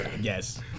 Yes